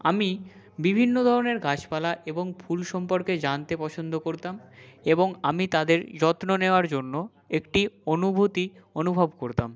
আমি বিভিন্ন ধরনের গাছপালা এবং ফুল সম্পর্কে জানতে পছন্দ করতাম এবং আমি তাদের যত্ন নেওয়ার জন্য একটি অনুভূতি অনুভব করতাম